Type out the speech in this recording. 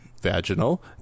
Vaginal